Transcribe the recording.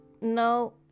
no